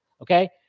okay